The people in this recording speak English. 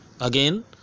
again